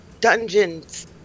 dungeons